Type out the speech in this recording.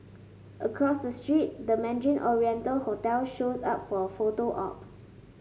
across the street the Mandarin Oriental hotel shows up for a photo op